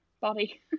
body